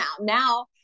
Now